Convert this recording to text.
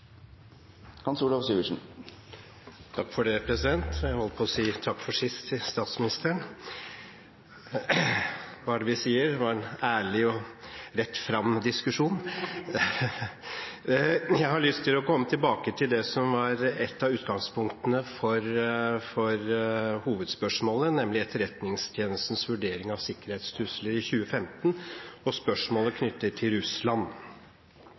Takk for det – jeg holdt på å si takk for sist til statsministeren. Hva er det vi sier? Det var en ærlig og rett fram diskusjon. Jeg har lyst til å komme tilbake til det som var et av utgangspunktene for hovedspørsmålet, nemlig Etterretningstjenestens vurdering av sikkerhetstrusler i 2015 og spørsmålet knyttet til Russland,